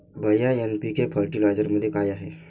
भैय्या एन.पी.के फर्टिलायझरमध्ये काय आहे?